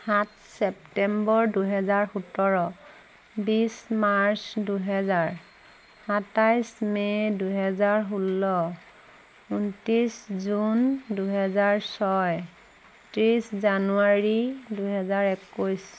সাত ছেপ্টেম্বৰ দুহেজাৰ সোতৰ বিশ মাৰ্চ দুহেজাৰ সাতাইছ মে' দুহেজাৰ ষোল্ল ঊনত্ৰিছ জুন দুহেজাৰ ছয় ত্ৰিছ জানুৱাৰী দুহেজাৰ একৈছ